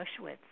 Auschwitz